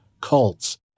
cults